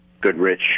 Goodrich